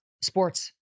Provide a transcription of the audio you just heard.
sports